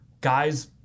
guys